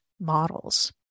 models